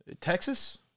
Texas